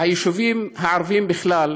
היישובים הערביים בכלל,